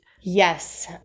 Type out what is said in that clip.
Yes